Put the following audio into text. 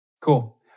cool